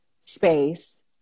space